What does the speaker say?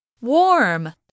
Warm